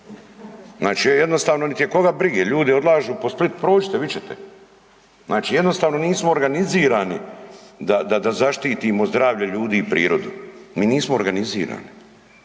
Znači ja jednostavno, niti je koga brige, ljudi odlažu po Split, prođite, vidjet ćete, znači jednostavno nismo organizirani da zaštitimo zdravlje ljudi i prirodu. Mi nismo organizirani,